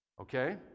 Okay